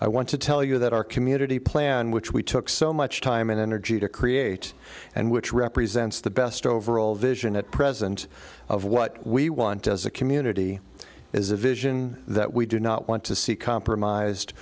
i want to tell you that our community plan which we took so much time and energy to create and which represents the best overall vision at present of what we want as a community is a vision that we do not want to see compromised